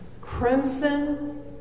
crimson